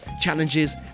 challenges